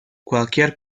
cualquier